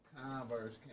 Converse